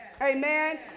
amen